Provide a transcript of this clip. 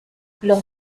los